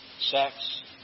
sex